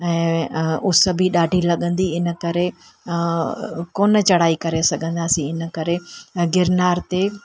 ऐं उस बि ॾाढी लॻंदी इन करे कोन चढ़ाई करे सघंदासीं इन करे गिरनार ते